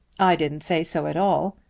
i didn't say so at all.